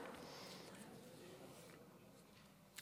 תודה.